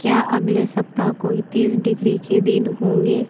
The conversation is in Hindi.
क्या अगले सप्ताह कोई तीस डिग्री के दिन होंगे